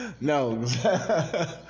No